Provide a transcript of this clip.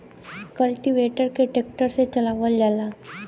cultivator के tractor से चलावल जाला